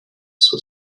suo